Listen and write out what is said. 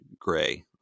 gray